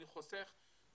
אני מסכים איתך,